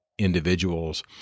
individuals